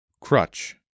Crutch